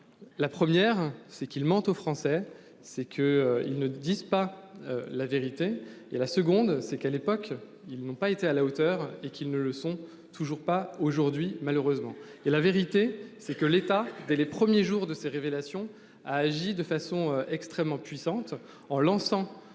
La première, c'est qu'ils mentent aux Français, c'est que, ils ne disent pas la vérité et la seconde c'est qu'à l'époque, ils n'ont pas été à la hauteur et qu'ils ne le sont toujours pas aujourd'hui malheureusement et la vérité c'est que l'État dès les premiers jours de ces révélations, a agi de façon extrêmement puissante en lançant